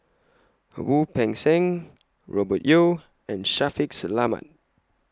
Wu Peng Seng Robert Yeo and Shaffiq Selamat